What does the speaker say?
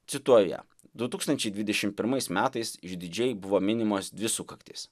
cituoju ją du tūkstančiai dvidešim pirmais metais išdidžiai buvo minimos dvi sukaktys